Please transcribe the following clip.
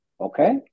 Okay